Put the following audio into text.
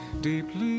deeply